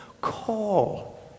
Call